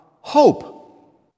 hope